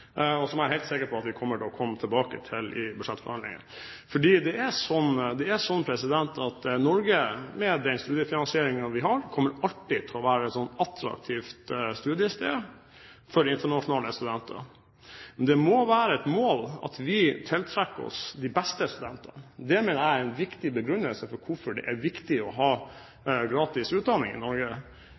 og som jeg er helt sikker på at vi vil komme tilbake til der. Det er slik at Norge, med de studiefinansieringene vi har, alltid kommer til å være et attraktivt studiested for internasjonale studenter. Men det må være et mål at vi tiltrekker oss de beste studentene. Det at vi kan tiltrekke oss de beste studentene, mener jeg er en viktig begrunnelse for å ha gratis utdanning i Norge.